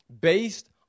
based